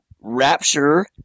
rapture